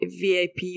VIP